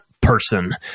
person